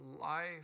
life